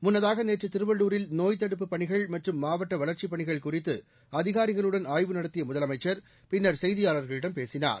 முன்னதாக நேற்று திருவள்ளூரில் நோய்த் தடுப்புப் பணிகள் மற்றும் மாவட்ட வளர்ச்சிப் பணிகள் குறித்து அதிகாரிகளுடன் ஆய்வு நடத்திய முதலமைச்சர் பின்னர் செய்தியாளர்களிடம் பேசினார்